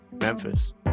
Memphis